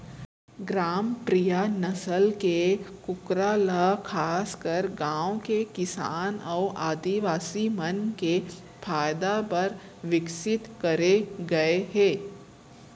ग्रामप्रिया नसल के कूकरा ल खासकर गांव के किसान अउ आदिवासी मन के फायदा बर विकसित करे गए हे